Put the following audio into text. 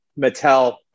Mattel